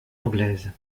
anglaise